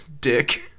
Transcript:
dick